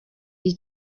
iyi